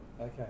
Okay